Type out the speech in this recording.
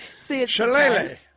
Shalele